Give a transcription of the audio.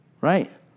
Right